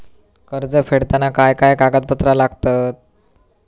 कर्ज फेडताना काय काय कागदपत्रा लागतात?